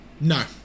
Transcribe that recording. no